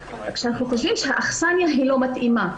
אבל אנחנו חושבים שהאכסניה לא מתאימה.